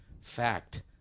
fact